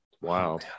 wow